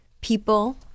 people